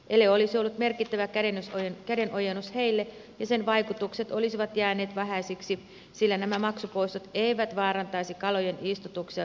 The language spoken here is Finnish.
ele olisi ollut merkittävä kädenojennus heille ja sen vaikutukset olisivat jääneet vähäisiksi sillä nämä maksupoistot eivät vaarantaisi kalojen istutuksia vesistöissämme